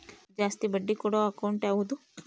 ಜಾಸ್ತಿ ಬಡ್ಡಿ ಕೊಡೋ ಅಕೌಂಟ್ ಯಾವುದು?